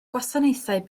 gwasanaethau